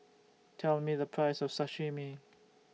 Tell Me The Price of Sashimi